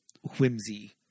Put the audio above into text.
whimsy